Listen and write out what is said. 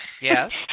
Yes